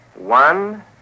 One